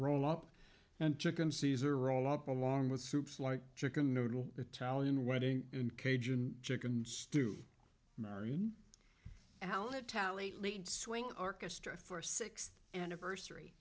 roll up and chicken caesar roll up along with soups like chicken noodle italian wedding and cajun chicken stew marion alitalia lead swing orchestra for sixth anniversary